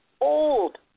old